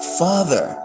father